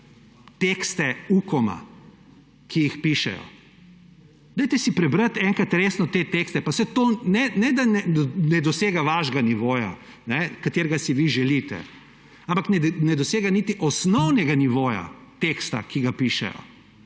tekste Ukoma, ki jih pišejo, preberite si enkrat resno te tekste. Pa saj to ne da ne dosega vašega nivoja, katerega si vi želite, ampak ne dosega niti osnovnega nivoja teksta, ki ga pišejo.